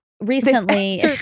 Recently